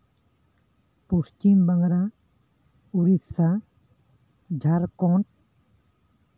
Paschim Bangla Odisha Jharkhand